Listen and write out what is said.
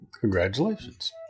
Congratulations